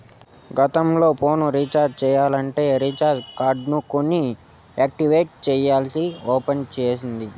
గతంల phone recharge చెయ్యాలంటే recharge కార్డులు కొని యాక్టివేట్ చెయ్యాల్ల్సి ఒచ్చేది